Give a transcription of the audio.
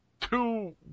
two